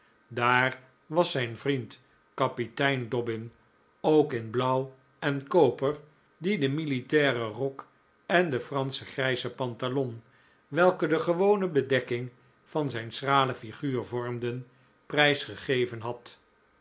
daar was zijn vriend kapitein dobbin ook in blauw en koper die den militairen rok en de fransche grijze pantalon welke de gewone bedekking van zijn schrale flguur vormden prijs gegeven had